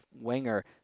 winger